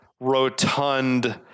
rotund